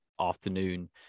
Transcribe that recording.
afternoon